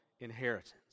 inheritance